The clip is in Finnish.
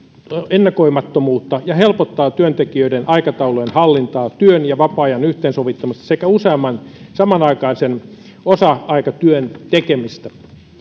ennakoimattomuutta ja helpottaa työntekijöiden aikataulujen hallintaa työn ja vapaa ajan yhteensovittamista sekä useamman samanaikaisen osa aikatyön tekemistä